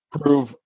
prove